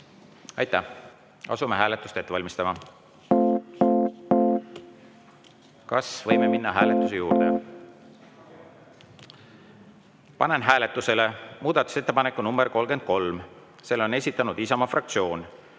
Aitäh! Asume hääletust ette valmistama. Kas võime minna hääletuse juurde? (Saal on nõus.)Panen hääletusele muudatusettepaneku nr 33. Selle on esitanud Isamaa fraktsioon,